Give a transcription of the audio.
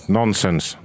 nonsense